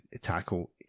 tackle